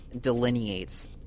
delineates